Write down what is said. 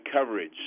coverage